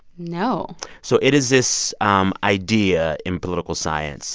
no so it is this um idea in political science